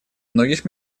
многих